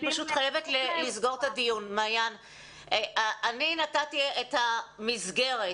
אני נתתי את המסגרת.